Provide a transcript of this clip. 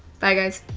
bye guys.